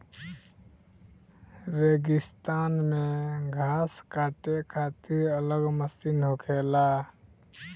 रेगिस्तान मे घास काटे खातिर अलग मशीन होखेला